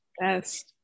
yes